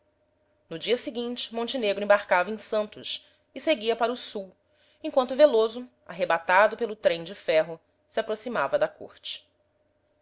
no dia seguinte montenegro embarcava em santos e seguia para o sul enquanto veloso arrebatado pelo trem de ferro se aproximava da corte